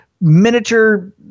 miniature